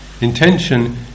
Intention